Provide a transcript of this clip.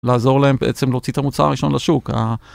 לעזור להם בעצם להוציא את המוצר הראשון לשוק. ה...